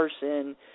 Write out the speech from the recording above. person